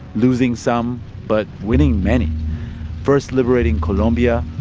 losing some but winning many first liberating colombia,